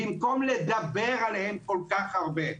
במקום לדבר עליהם כל כך הרבה?